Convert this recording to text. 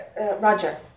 Roger